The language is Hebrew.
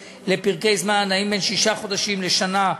לפרקי זמן הנעים בין שישה חודשים לשנה.